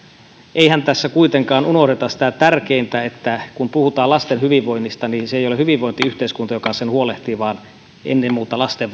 eihän tässä kuitenkaan unohdeta sitä tärkeintä että kun puhutaan lasten hyvinvoinnista niin se ei ole hyvinvointiyhteiskunta joka siitä huolehtii vaan ennen muuta lasten